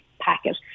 packet